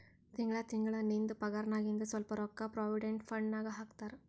ತಿಂಗಳಾ ತಿಂಗಳಾ ನಿಂದ್ ಪಗಾರ್ನಾಗಿಂದ್ ಸ್ವಲ್ಪ ರೊಕ್ಕಾ ಪ್ರೊವಿಡೆಂಟ್ ಫಂಡ್ ನಾಗ್ ಹಾಕ್ತಾರ್